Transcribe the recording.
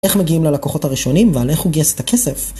איך מגיעים ללקוחות הראשונים ועל איך הוא גייס את הכסף?